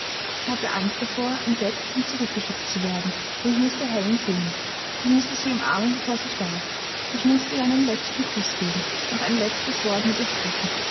ich hatte angst davor entdeckt und zurückgeschickt zu werden denn ich mußte helen sehen ich mußte sie umarmen bevor sie starb ich mußte ihr einen letzten kuß geben noch ein letztes wort mit ihr sprechen